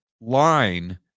line